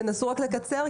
תנסו רק לקצר,